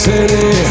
City